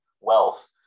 wealth